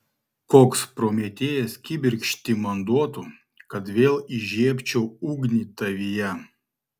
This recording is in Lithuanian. koks prometėjas kibirkštį man duotų kad vėl įžiebčiau ugnį tavyje